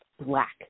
black